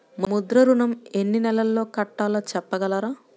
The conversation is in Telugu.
ముద్ర ఋణం ఎన్ని నెలల్లో కట్టలో చెప్పగలరా?